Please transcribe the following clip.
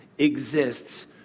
exists